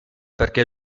perché